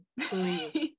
please